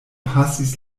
pasis